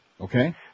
Okay